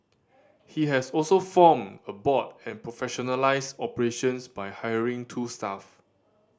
he has also formed a board and professionalised operations by hiring two staff